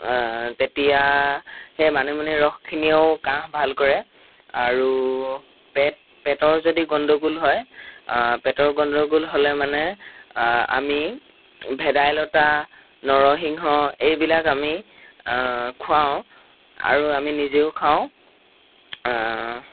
তেতিয়া সেই মানিমুনি ৰসখিনিয়েও কাঁহ ভাল কৰে আৰু পেট পেটৰ যদি গণ্ডগোল হয় পেটৰ গণ্ডগোল হ'লে মানে আমি ভেদাইলতা নৰসিংহ এইবিলাক আমি খুৱাওঁ আৰু আমি নিজেও খাওঁ